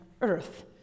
earth